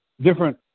different